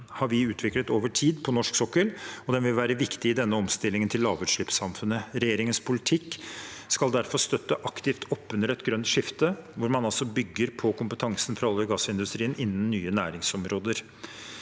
har vi utviklet over tid på norsk sokkel, og den vil være viktig i denne omstillingen til lavutslippssamfunnet. Regjeringens politikk skal derfor støtte aktivt opp under et grønt skifte hvor man bygger på kompetansen fra olje- og gassindustrien innen nye næringsområder.